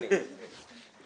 יש תרומות רגילות.